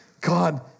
God